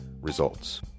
results